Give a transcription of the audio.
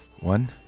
One